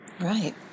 Right